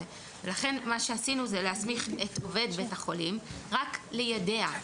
ולכן מה שעשינו זה להסמיך את עובד בית החולים רק ליידע,